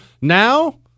Now